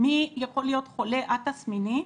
מי יכול להיות חולה א-תסמיני,